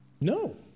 No